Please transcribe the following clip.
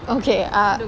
okay uh